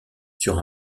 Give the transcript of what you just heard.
sur